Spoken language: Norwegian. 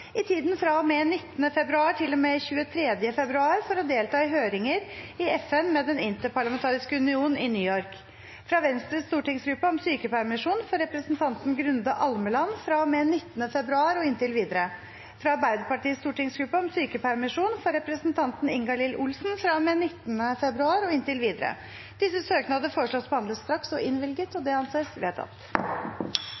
i tiden fra og med 19. februar til og med 23. februar for å delta i høringer i FN med Den interparlamentariske union i New York fra Venstres stortingsgruppe om sykepermisjon for representanten Grunde Almeland fra og med 19. februar og inntil videre fra Arbeiderpartiets stortingsgruppe om sykepermisjon for representanten Ingalill Olsen fra og med 19. februar og inntil videre Disse søknader foreslås behandlet straks og innvilget.